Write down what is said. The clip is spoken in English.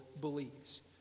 believes